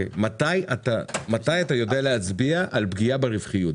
מתי אתה יודע להצביע על פגיעה ברווחיות?